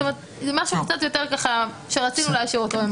זה משהו שרצינו להשאיר אותו.